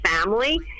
family